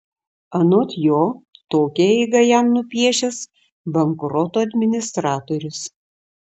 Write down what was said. anot jo tokią eigą jam nupiešęs bankroto administratorius